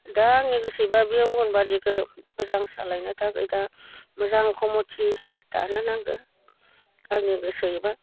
दा आंनि गोसोयैबा बे अंगनबादिखौ मोजां सालायनो थाखाय दा मोजां कमिटि दानो नांगौ आंनि गोसोयैबा